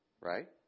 right